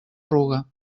ruga